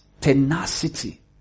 tenacity